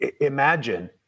imagine